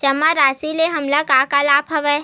जमा राशि ले हमला का का लाभ हवय?